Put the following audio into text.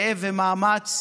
מכאב ומאמץ,